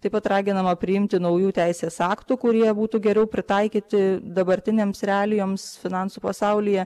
taip pat raginama priimti naujų teisės aktų kurie būtų geriau pritaikyti dabartinėms realijoms finansų pasaulyje